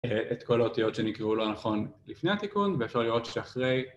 את כל האותיות שנקראו לא נכון לפני התיקון ואפשר לראות שאחרי